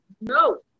no